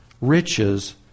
riches